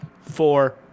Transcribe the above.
four